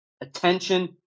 attention